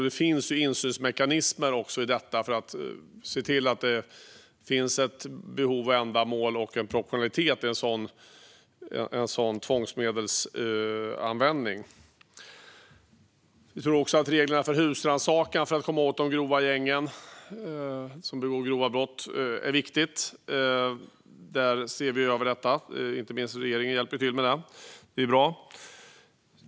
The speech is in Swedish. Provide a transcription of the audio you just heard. Det finns också insynsmekanismer för att se till att det finns ett behov, ett ändamål och en proportionalitet bakom en sådan tvångsmedelsanvändning. Vi tror också att reglerna för husrannsakan för att komma åt gängen som begår grova brott är viktiga att se över. Inte minst regeringen hjälper till med det, och det är bra.